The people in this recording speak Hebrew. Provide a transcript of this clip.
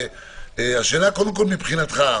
מבחינתך,